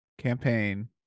Campaign